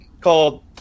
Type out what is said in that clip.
called